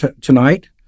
tonight